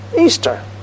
Easter